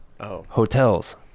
hotels